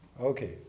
Okay